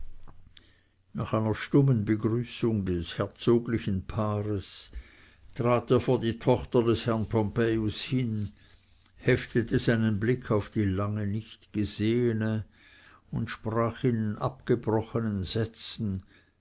nach einer stummen begrüßung des herzoglichen paares trat er vor die tochter des herrn pompejus hin heftete seinen blick auf die lange nicht gesehene und sprach in abgebrochenen sätzen